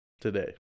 Today